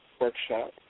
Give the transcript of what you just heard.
workshop